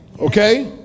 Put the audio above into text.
Okay